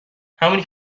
همونی